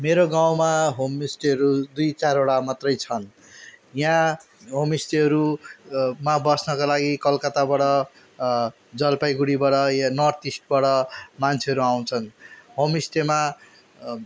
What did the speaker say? मेरो गाउँमा होमस्टेहरू दुई चारवटा मात्रै छन् यहाँ होमस्टेहरू मा बस्नका लागि कलकत्ताबाट जलपाइगुडीबाट वा नर्थ इस्टबाट मान्छेहरू आउँछन् होमस्टेमा